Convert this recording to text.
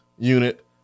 unit